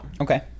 Okay